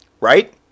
Right